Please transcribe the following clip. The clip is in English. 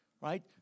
Right